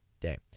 day